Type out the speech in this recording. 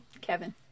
Kevin